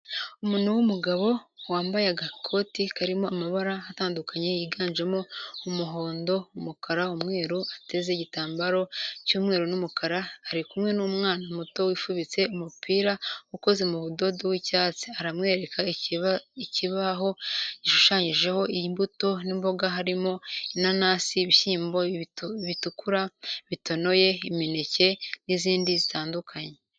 Umuntu w'umugabo wambaye agakoti karimo amabara atandukanye yiganjemo umuhondo, umukara umweru, ateze n'igitambaro cy'umweru n'umukara ari kumwe n'umwana muto wifubitse umupira ukoze mu budodo w'icyatsi aramwereka ikibaho gishushanyijeho imbuto n'imboga harimo inanasi, ibishyimbo bitukura bitonoye imineke n'izindi zitandukanye.